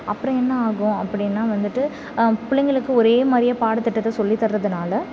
அப்புறம் என்ன ஆகும் அப்படினா வந்துட்டு பிள்ளைங்களுக்கு ஒரே மாதிரியே பாடத்திட்டத்தை சொல்லி தர்றதுனால